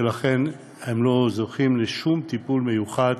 ולכן לא זוכה לשום טיפול מיוחד,